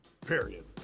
period